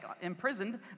imprisoned